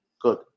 Good